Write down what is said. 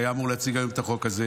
שהיה אמור להציג את החוק הזה